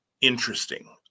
interesting